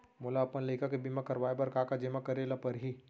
मोला अपन लइका के बीमा करवाए बर का का जेमा करे ल परही?